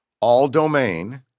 All-Domain